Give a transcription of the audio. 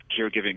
caregiving